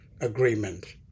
agreement